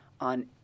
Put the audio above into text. on